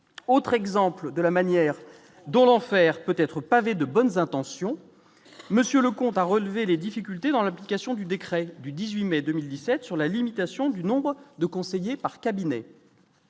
autre exemple de la manière dont l'enfer peut-être pavée de bonnes intentions, monsieur Leconte à relever les difficultés dans l'application du décret du 18 mai 2017 sur la limitation du nombre de conseillers par cabinet